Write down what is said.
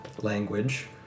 language